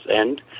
end